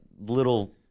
Little